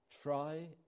Try